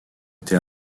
été